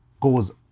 goes